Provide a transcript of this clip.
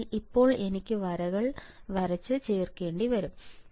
അതിനാൽ ഇപ്പോൾ എനിക്ക് വരകൾ വരച്ച് ചേർക്കേണ്ടിവരും